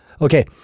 Okay